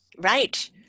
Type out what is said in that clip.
Right